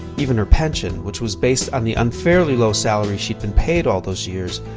even her pension, which was based on the unfairly low salary she'd been paid all those years,